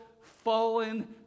fallen